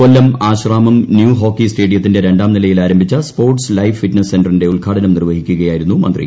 കൊല്ലം Asramam new hockey സ്റ്റേഡിയത്തിന്റെ രണ്ടാം നിലയിൽ ആരംഭിച്ച സ്പോർട്സ് ലൈഫ് ഫിറ്റ്നസ് സെന്ററിന്റെ ഉദ്ഘാടനം നിർവ്വഹിക്കുകയായിരുന്നു മന്ത്രി